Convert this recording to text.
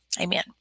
Amen